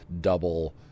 double